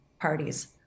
parties